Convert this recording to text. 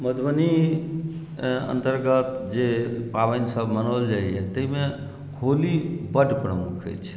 मधुबनी अन्तर्गत जे पाबनिसभ मनाओल जाइए ताहिमे होली बड्ड प्रमुख अछि